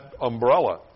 umbrella